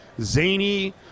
zany